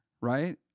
right